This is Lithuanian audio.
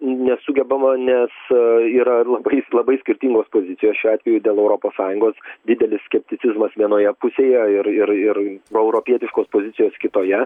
nesugebama nes yra labais labai skirtingos pozicijos šiuo atveju dėl europos sąjungos didelis skepticizmas vienoje pusėje ir ir ir proeuropietiškos pozicijos kitoje